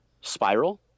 spiral